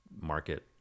market